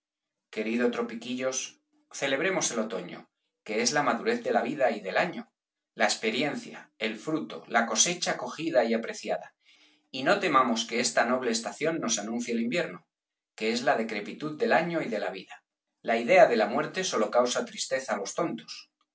querido tropiquillos celebremos el otoño que es la madurez de la vida y del año la experiencia el fruto la cosecha cogida y apreciada y no temamos que esta noble estación nos anuncie el invierno que es la decrepitud del año y de la vida la idea de la muerte sólo causa tristeza á los tontos